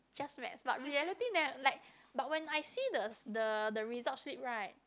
just maths but reality ne~ like but when I see the the the results slip right